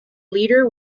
leader